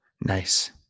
Nice